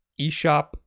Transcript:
eShop